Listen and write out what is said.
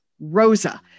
Rosa